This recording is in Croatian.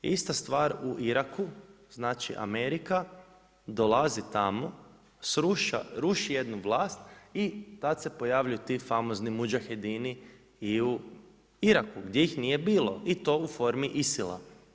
Ista stvar u Iraku, znači Amerika dolazi tamo, ruši jednu vlast i tad se pojavljuju ti famozni muđahedini i u Iraku gdje ih nije bilo i to u formi ISIL-a.